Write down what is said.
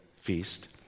feast